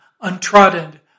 untrodden